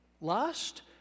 lust